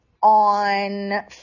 on